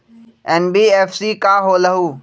NBFC का होलहु?